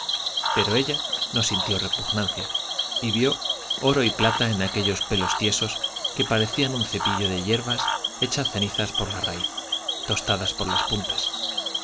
pero ella no sintió repugnancia y vio oro y plata en aquellos pelos tiesos que parecían un cepillo de yerbas hechas ceniza por la raíz y tostadas por las puntas